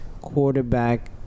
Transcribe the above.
quarterback